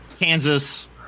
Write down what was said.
Kansas